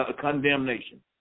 condemnation